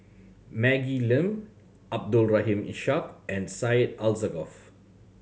Maggie Lim Abdul Rahim Ishak and Syed Alsagoff